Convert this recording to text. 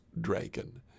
dragon